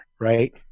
right